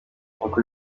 uko